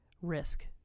risk